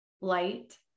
light